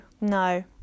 no